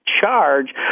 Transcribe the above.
Charge